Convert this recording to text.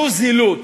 זו זילות,